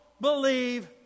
believe